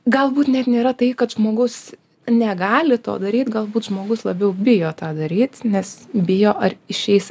galbūt net nėra tai kad žmogus negali to daryt galbūt žmogus labiau bijo tą daryt nes bijo ar išeis